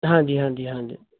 ਹਾਂਜੀ ਹਾਂਜੀ ਹਾਂਜੀ